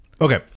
Okay